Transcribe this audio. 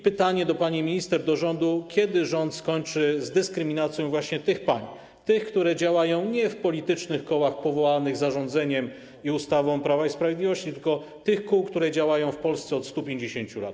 Pytanie do pani minister, do rządu: Kiedy rząd skończy z dyskryminacją tych pań, które działają nie w politycznych kołach powołanych zarządzeniem, ustawą Prawa i Sprawiedliwości, ale w kołach, które działają w Polsce od 150 lat?